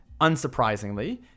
unsurprisingly